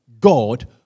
God